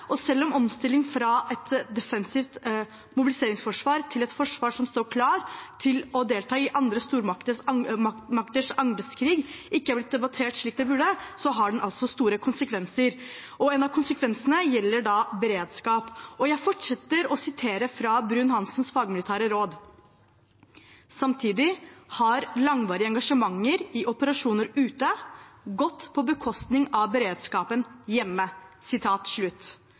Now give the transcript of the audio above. forsvarsministeren. Selv om omstilling fra et defensivt mobiliseringsforsvar til et forsvar som står klart til å delta i andre stormakters angrepskrig, ikke har blitt debattert slik det burde, har det store konsekvenser. En av konsekvensene gjelder beredskap. Jeg siterer videre fra Bruun-Hanssens forord i samme publikasjon: «Samtidig har langvarige engasjementer i operasjoner ute gått på bekostning av beredskapen hjemme.»